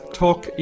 talk